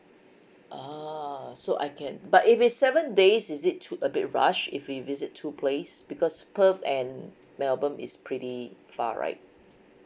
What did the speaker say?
ah so I can but if it's seven days is it too a bit rush if we visit two place because perth and melbourne is pretty far right